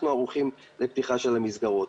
אנחנו ערוכים לפתיחת המסגרות.